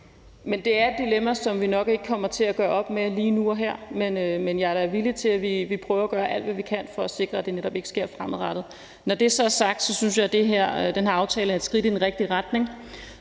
Men det er et dilemma, som vi nok ikke kommer til at gøre op med lige nu og her. Men jeg er da villig til, at vi prøver at gøre alt, hvad vi kan, for at sikre, at det netop ikke sker fremadrettet. Når det så er sagt, synes jeg, at den her aftale er et skridt i den rigtige retning.